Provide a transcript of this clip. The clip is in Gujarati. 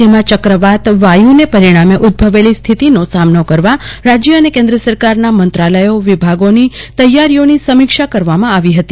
જેમાં ચક્રાવાત વાયુને પરિણામે ઉદભવેલી સ્થિતિનો સામનો કરવા રાજ્ય અને કેન્દ્ર સરકારના મંત્રાલયો વિભાગોની તૈયારીઓની સમીક્ષા કરવામાં આવી હતી